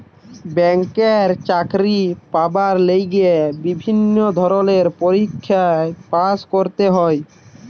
ব্যাংকে চাকরি পাবার লিগে বিভিন্ন ধরণের পরীক্ষায় পাস্ করতে হয়